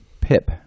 PIP